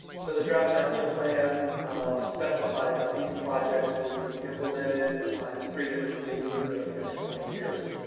so, the draft master plan specifies that these projects would be implemented in three different phases over the next twenty years.